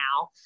now